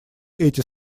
эти